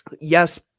Yes